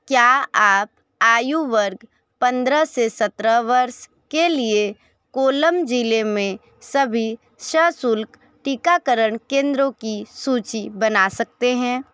क्या आप आयु वर्ग पद्रह से सत्रह वर्ष के लिए कोल्लम ज़िले में सभी सशुल्क टीकाकरण केंद्रों की सूची बना सकते हैं